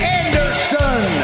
anderson